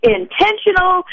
intentional